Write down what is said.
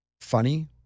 funny